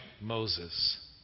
Moses